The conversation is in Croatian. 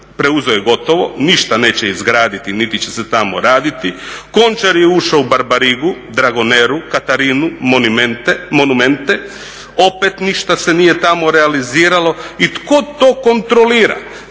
preuzeo je gotovo, ništa neće izgraditi niti će se tamo raditi. Končar je ušao u Barbarigu, Dragoneru, Katarinu, Monumente opet ništa se nije tamo realiziralo. I tko to kontrolira?